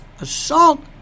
assault